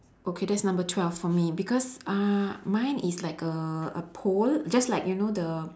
okay that's number twelve for me because uh mine is like err a pole just like you know the